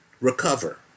recover